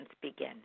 begin